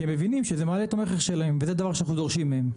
כי הם מבינים שזה מעלה את המכר שלהם וזה דבר שאנחנו דורשים מהם.